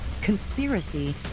conspiracy